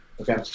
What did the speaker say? Okay